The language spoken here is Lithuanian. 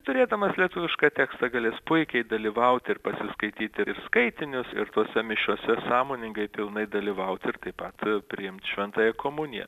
turėdamas lietuvišką tekstą galės puikiai dalyvauti ir pasiskaityti ir skaitinius ir tose mišiose sąmoningai pilnai dalyvaut ir taip pat priimt šventąją komuniją